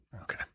Okay